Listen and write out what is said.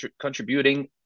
contributing